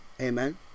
Amen